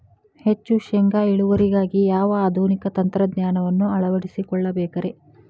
ಹೆಚ್ಚು ಶೇಂಗಾ ಇಳುವರಿಗಾಗಿ ಯಾವ ಆಧುನಿಕ ತಂತ್ರಜ್ಞಾನವನ್ನ ಅಳವಡಿಸಿಕೊಳ್ಳಬೇಕರೇ?